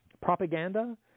propaganda